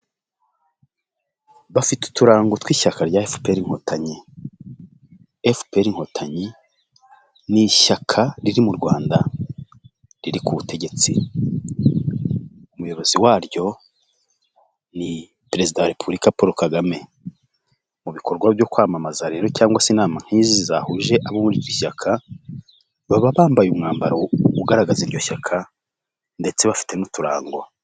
Bafite uturango tw'ishyaka ryaFPR inkotanyi, FPR inkotanyi ni ishyaka riri mu Rwanda riri ku butegetsi, umuyobozi waryo ni perezida wa repubulika Paul Kagame, mu bikorwa byo kwamamaza rero cyangwa se inama nk'izi zahuje abo muri iryo shyaka baba bambaye umwambaro ugaragaza iryo shyaka ndetse bafite n'uturango.